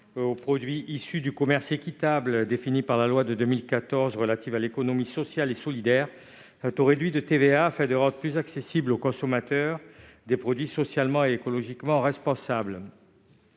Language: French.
aux produits issus du commerce équitable, définis par la loi du 31 juillet 2014 relative à l'économie sociale et solidaire, afin de rendre plus accessibles aux consommateurs des produits socialement et écologiquement responsables.